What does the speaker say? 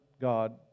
God